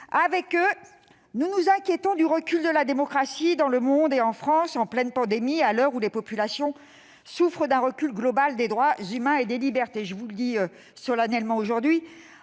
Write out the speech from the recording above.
Avec eux, nous nous inquiétons du « recul de la démocratie » dans le monde et en France, en pleine pandémie, à l'heure où les populations souffrent d'un recul global des droits humains et des libertés. Je vous le dis solennellement : aujourd'hui,